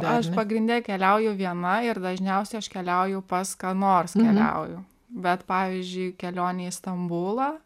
aš pagrinde keliauju viena ir dažniausiai aš keliauju pas ką nors keliauju bet pavyzdžiui kelionė į stambulą